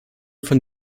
von